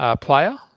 player